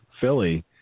Philly